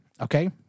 Okay